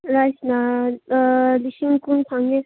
ꯔꯥꯏꯁꯅ ꯂꯤꯁꯤꯡ ꯀꯨꯟ ꯐꯪꯉꯦ